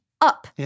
up